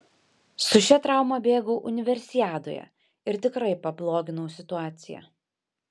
su šia trauma bėgau universiadoje ir tikrai pabloginau situaciją